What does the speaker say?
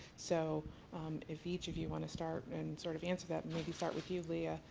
so if each of you want to start and sort of answer that, maybe start with you, leah,